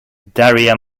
daria